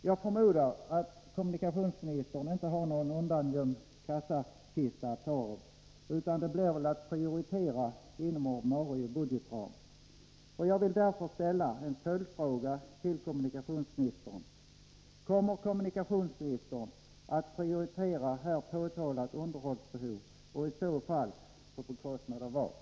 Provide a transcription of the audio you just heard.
Jag förmodar att kommunikationsministern inte har någon undangömd kassakista, utan det blir väl att prioritera inom ordinarie budgetram. Därför vill jag ställa en följdfråga till kommunikationsministern: Kommer kommunikationsministern att prioritera det här påtalade underhållsbehovet, och i så fall på bekostnad av vad?